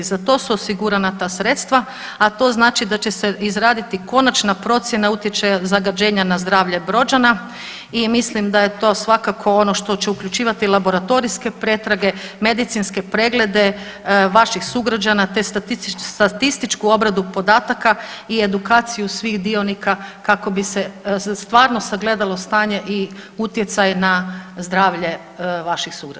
Za to su osigurana ta sredstva, a to znači da će se izraditi konačna procjena utjecaja zagađenja na zdravlje Brođana i mislim da je to svakako ono što će uključivati laboratorijske pretrage, medicinske preglede vaših sugrađana, te statističku obradu podatka i edukaciju svih dionika kako bi se stvarno sagledalo stanje i utjecaj na zdravlje vaših sugrađana.